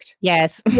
Yes